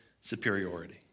superiority